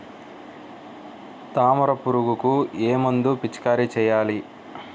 తామర పురుగుకు ఏ మందు పిచికారీ చేయాలి?